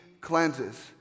cleanses